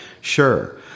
Sure